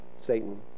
Satan